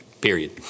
Period